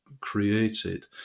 created